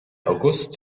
august